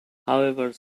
however